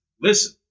listen